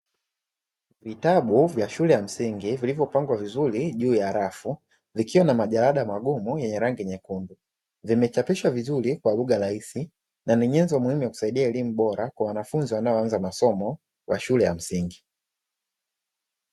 Vitabu vya shule ya msingi vilivyopangwa vizuri juu ya rafu vikiwa na majarada magumu yenye rangi nyekundu, vimechapishwa vizuri kwa lugha rahisi na ni nyenzo muhimu ya kusaidia elimu bora kwa wanafunzi wanaoanza masomo kwa shule ya msingi.